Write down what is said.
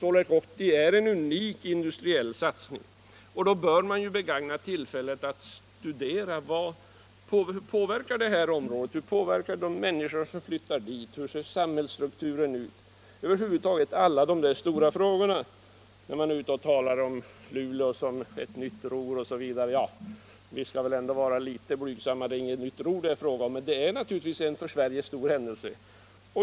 Ja visst — Stålverk 80 är en unik industriell satsning, och då bör man begagna tillfället att studera hur detta påverkar området, de människor som flyttar dit, samhällsstrukturen och över huvud taget alla sådana stora frågor. Det talas om Luleå som ett nytt Ruhr osv. Men vi skall väl ändå vara litet blygsamma. Det är inte fråga om något nytt Ruhr, men det är givetvis en för Sverige stor händelse.